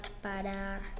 para